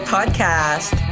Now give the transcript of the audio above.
Podcast